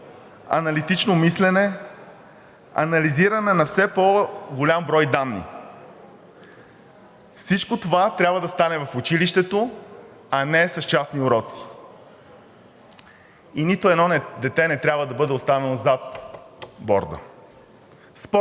аналитично мислене, анализиране на все по-голям брой данни. Всичко това трябва да стане в училището, а не с частни уроци и нито едно дете не трябва да бъде оставено „зад борда“.